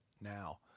now